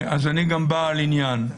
אז אני גם בעל עניין.